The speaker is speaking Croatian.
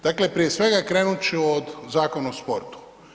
Dakle prije svega krenuti ću od Zakona o sportu.